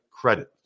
credit